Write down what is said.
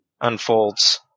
unfolds